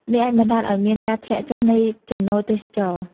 នេះអាចបណ្តាលឱ្យមានការធ្លាក់ចុះនៃចំណូលទេសចរណ៍។